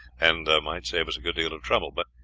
and might save us a good deal of trouble but,